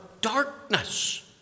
darkness